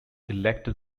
elected